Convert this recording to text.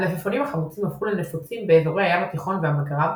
המלפפונים החמוצים הפכו לנפוצים באזורי הים התיכון והמגרב,